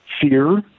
fear